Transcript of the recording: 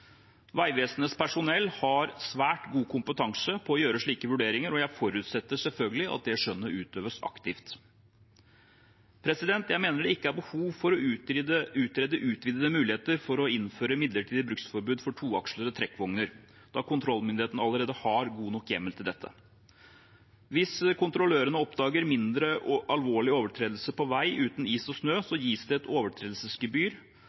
Vegvesenets personell har svært god kompetanse på å gjøre slike vurderinger, og jeg forutsetter selvfølgelig at det skjønnet utøves aktivt. Jeg mener det ikke er behov for å utrede utvidede muligheter for å innføre midlertidig bruksforbud for toakslede trekkvogner, da kontrollmyndigheten allerede har god nok hjemmel til dette. Hvis kontrollørene oppdager mindre alvorlige overtredelser på vei uten is og snø,